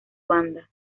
banda